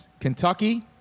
Kentucky